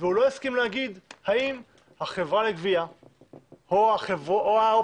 והוא לא הסכים להגיד האם החברה לגבייה או האופציות